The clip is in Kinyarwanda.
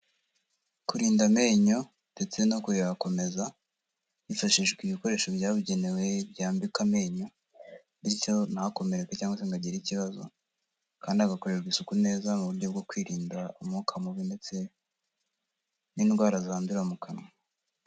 Kurinda amenyo ndetse no kuyakomeza, hifashishijwe ibikoresho byabugenewe byambika amenyo bityo ntakomereka cyangwa se nkagira ikibazo, kandi agakorerwa isuku neza mu buryo bwo kwirinda umwuka mubi ndetse n'indwara zandurira mu kanwa.